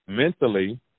Mentally